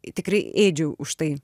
tikrai ėdžiau už tai